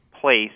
place